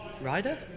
rider